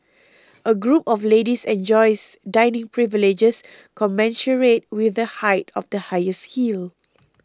a group of ladies enjoys dining privileges commensurate with the height of the highest heel